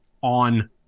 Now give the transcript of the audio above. on